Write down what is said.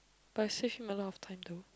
but I save him a lot of time though